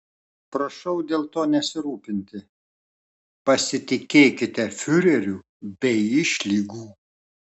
prašau dėl to nesirūpinti pasitikėkite fiureriu be išlygų